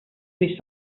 quei